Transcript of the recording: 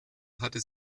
hatte